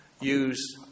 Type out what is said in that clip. use